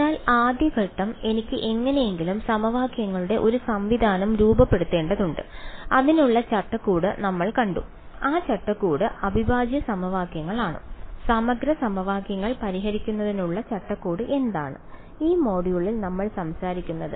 അതിനാൽ ആദ്യ ഘട്ടം എനിക്ക് എങ്ങനെയെങ്കിലും സമവാക്യങ്ങളുടെ ഒരു സംവിധാനം രൂപപ്പെടുത്തേണ്ടതുണ്ട് അതിനുള്ള ചട്ടക്കൂട് നമ്മൾ കണ്ടു ആ ചട്ടക്കൂട് അവിഭാജ്യ സമവാക്യങ്ങളാണ് സമഗ്ര സമവാക്യങ്ങൾ പരിഹരിക്കുന്നതിനുള്ള ചട്ടക്കൂട് എന്താണ് ഈ മൊഡ്യൂളിൽ നമ്മൾ സംസാരിക്കുന്നത്